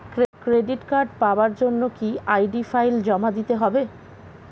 Credit card পাওয়ার জন্য কি আই.ডি ফাইল জমা দিতে হবে?